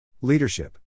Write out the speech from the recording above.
Leadership